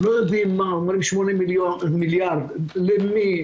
לא יודעים מה אומרים 8 מיליארד, למי?